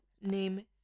Name